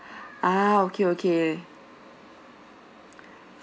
ah okay okay